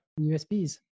USBs